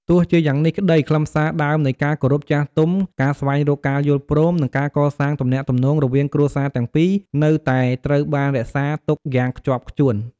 ទោះជាយ៉ាងនេះក្តី ខ្លឹមសារដើមនៃ ការគោរពចាស់ទុំ ការស្វែងរកការយល់ព្រម និងការកសាងទំនាក់ទំនងរវាងគ្រួសារទាំងពីរនៅតែត្រូវបានរក្សាទុកយ៉ាងខ្ជាប់ខ្ជួន។